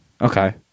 Okay